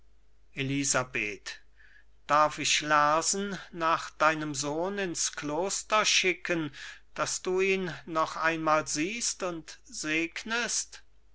elisabeth darf ich lersen nach deinem sohn ins kloster schicken daß du ihn noch einmal siehst und segnest